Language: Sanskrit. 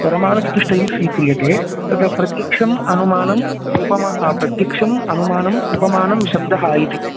प्रमाणचतुष्टयं स्वीक्रियते तत्र प्रत्यक्षम् अनुमानम् प्रत्यक्षम् अनुमानम् उपमानं शब्दः इति